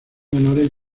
menores